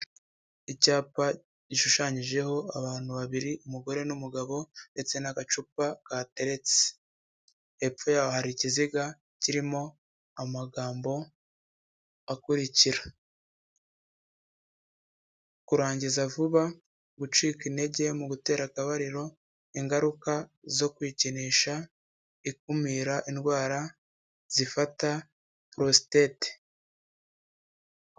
Icyapa gishushanyijeho abantu babiri umugore n'umugabo, ndetse n'agacupa kahateretse hepfo yaho hari ikiziga kirimo amagambo akurikira: kurangiza vuba, gucika intege mu gutera akabariro, ingaruka zo kwikinisha, ikumira indwara zifata porositate.